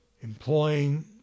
employing